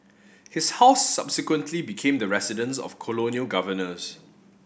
his house subsequently became the residence of colonial governors